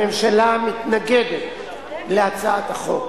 הממשלה מתנגדת להצעת החוק.